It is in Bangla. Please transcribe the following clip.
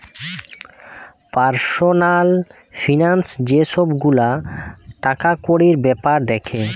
পার্সনাল ফিনান্স যে সব গুলা টাকাকড়ির বেপার দ্যাখে